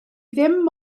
dim